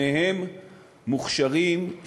שניהם מוכשרים,